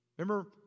Remember